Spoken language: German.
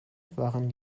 waren